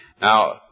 Now